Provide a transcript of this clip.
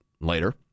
later